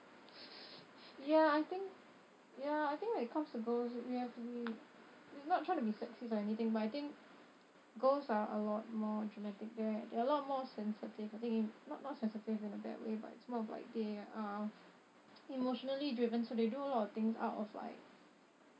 ya I think ya I think when it comes to girls we have to be not trying to be sexist or anything but I think girls are a lot more dramatic they're they're a lot more sensitive not sensitive in a bad way but it's more of like they are emotionally driven so they do a lot of things out of like